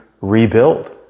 rebuild